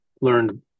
learned